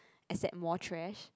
accept more trash